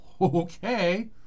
okay